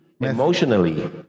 emotionally